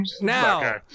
Now